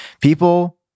people